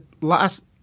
last